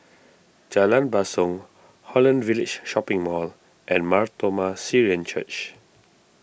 Jalan Basong Holland Village Shopping Mall and Mar Thoma Syrian Church